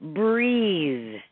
breathe